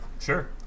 sure